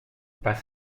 pas